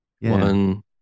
One